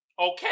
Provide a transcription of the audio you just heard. Okay